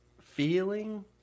feeling